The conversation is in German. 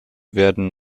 werden